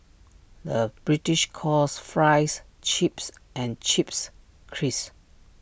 the British calls Fries Chips and Chips Crisps